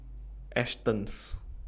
Astons